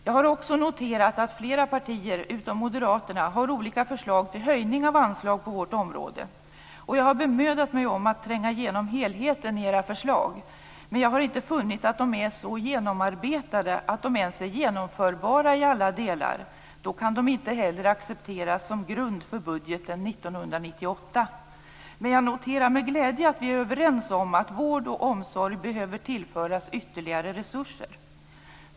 Jag har också noterat att flera andra partier än moderaterna har olika förslag till höjning av anslag på det här området. Jag har bemödat mig om att tränga igenom helheten i era förslag, men jag har inte funnit att de är så genomarbetade att de ens är genomförbara i alla delar. Då kan de inte heller accepteras som grund för budgeten 1998. Jag noterar dock med glädje att vi är överens om att vård och omsorg behöver tillföras ytterligare resurser.